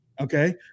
Okay